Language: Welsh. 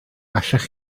allech